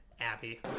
Abby